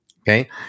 Okay